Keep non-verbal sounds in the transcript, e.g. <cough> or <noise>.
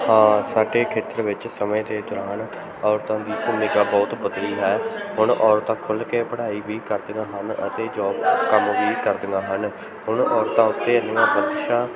ਹਾਂ ਸਾਡੇ ਖੇਤਰ ਵਿੱਚ ਸਮੇਂ ਦੇ ਦੌਰਾਨ ਔਰਤਾਂ ਦੀ ਭੂਮਿਕਾ ਬਹੁਤ ਬਦਲੀ ਹੈ ਹੁਣ ਔਰਤਾਂ ਖੁੱਲ੍ਹ ਕੇ ਪੜ੍ਹਾਈ ਵੀ ਕਰਦੀਆਂ ਹਨ ਅਤੇ ਜੋਬ ਕੰਮ ਵੀ ਕਰਦੀਆਂ ਹਨ ਹੁਣ ਔਰਤਾਂ ਉੱਤੇ <unintelligible> ਬਖਸ਼ਿਸ਼ਾਂ